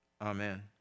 Amen